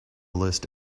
list